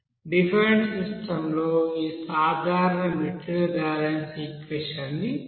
defined system లో ఈ సాధారణ మెటీరియల్ బాలన్స్ ఈక్వెషన్ ని చర్చించాము